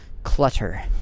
clutter